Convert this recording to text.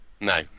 no